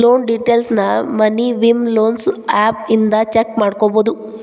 loan ಡೇಟೈಲ್ಸ್ನ Money View loans app ಇಂದ check ಮಾಡ್ಕೊಬೋದು